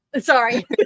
Sorry